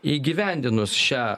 įgyvendinus šią